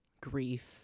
grief